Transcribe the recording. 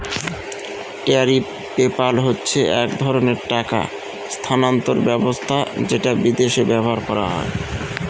tariff PayPal হচ্ছে এক ধরনের টাকা স্থানান্তর ব্যবস্থা যেটা বিদেশে ব্যবহার করা হয়